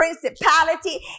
principality